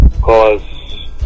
cause